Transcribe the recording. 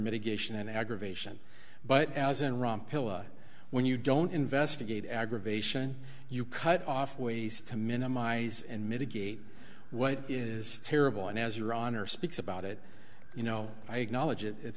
mitigation and aggravation but as an rom pilla when you don't investigate aggravation you cut off ways to minimize and mitigate what is terrible and as your honor speaks about it you know i acknowledge it it